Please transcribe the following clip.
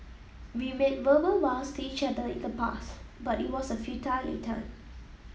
we made verbal vows to each other in the past but it was a futile